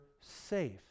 safe